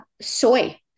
Soy